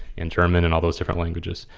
and german and all those different languages.